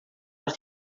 les